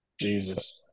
Jesus